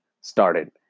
started